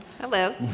Hello